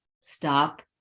stop